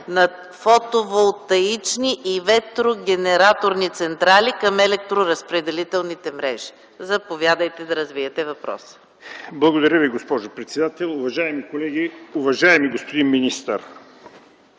на фотоволтаични и ветрогенераторни централи към електроразпределителните мрежи. Заповядайте, за да развиете въпроса си. ИВАН Н. ИВАНОВ (СК): Благодаря Ви, госпожо председател. Уважаеми колеги! Уважаеми господин министър,